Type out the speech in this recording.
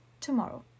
tomorrow